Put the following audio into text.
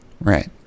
Right